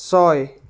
ছয়